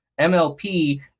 MLP